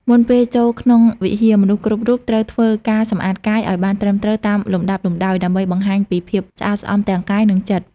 មុនពេលចូលក្នុងវិហារ មនុស្សគ្រប់រូបត្រូវធ្វើការសម្អាតកាយ ឱ្យបានត្រឹមត្រូវតាមលំដាប់លំដោយ ដើម្បីបង្ហាញពីភាពស្អាតស្អំទាំងកាយ និងចិត្ត។